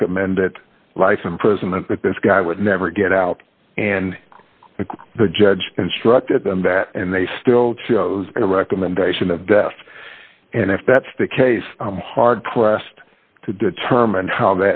recommend that life imprisonment that this guy would never get out and the judge instructed them that and they still chose a recommendation of death and if that's the case i'm hard pressed to determine how